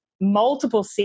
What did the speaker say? multiple